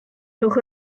rhowch